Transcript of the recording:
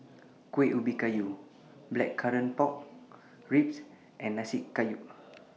Kueh Ubi Kayu Blackcurrant Pork Ribs and Nasi Campur